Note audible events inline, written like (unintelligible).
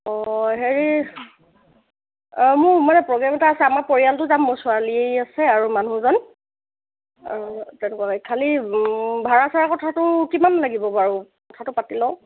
অঁ হেৰি মোৰ মানে প্ৰগ্ৰেম এটা আছে আমাৰ পৰিয়ালটো যাম মোৰ ছোৱালী আছে আৰু মানুহজন আৰু (unintelligible) খালি ভাড়া চাড়া কথাটো কিমান লাগিব বাৰু কথাটো পাতি লওঁ